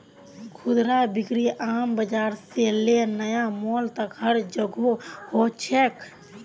खुदरा बिक्री आम बाजार से ले नया मॉल तक हर जोगह हो छेक